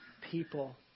people